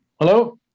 Hello